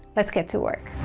let's get to work.